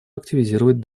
активизировать